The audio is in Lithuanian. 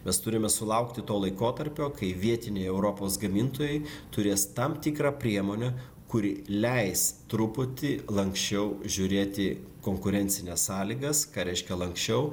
mes turime sulaukti to laikotarpio kai vietiniai europos gamintojai turės tam tikrą priemonę kuri leis truputį lanksčiau žiūrėti konkurencines sąlygas ką reiškia lanksčiau